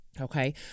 Okay